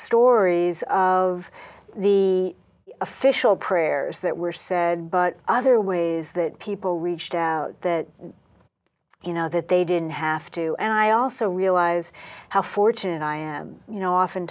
stories of the official prayers that were said but other ways that people reached out that you know that they didn't have to and i also realize how fortunate i am you know often